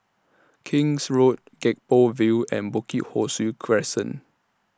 King's Road Gek Poh Ville and Bukit Ho Swee Crescent